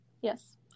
Yes